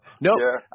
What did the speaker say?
no